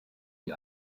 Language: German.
die